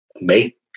make